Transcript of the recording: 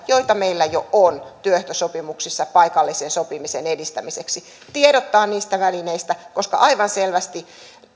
joita meillä jo on työehtosopimuksessa paikallisen sopimisen edistämiseksi ja tiedottaa niistä välineistä koska aivan selvästi